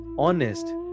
Honest